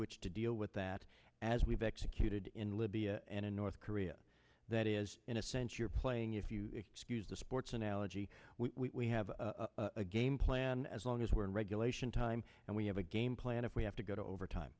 which to deal with that as we've executed in libya and in north korea that is in a sense you're playing if you excuse the sports analogy we have a game plan as long as we're in regulation time and we have a game plan if we have to go to overtime